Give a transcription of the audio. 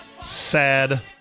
Sad